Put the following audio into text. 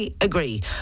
agree